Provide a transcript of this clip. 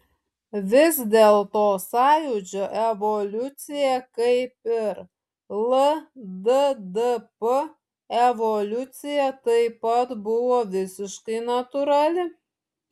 vis dėlto sąjūdžio evoliucija kaip ir lddp evoliucija taip pat buvo visiškai natūrali